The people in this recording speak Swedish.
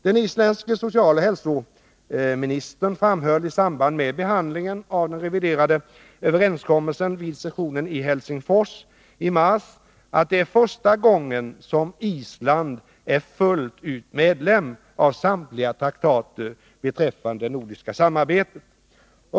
Den isländske socialoch hälsoministern framhöll i samband med behandlingen av den reviderade överenskommelsen vid sessionen i Helsingfors i mars att det är första gången som Island är fullt ut medlem av samtliga traktater beträffande det nordiska samarbetet.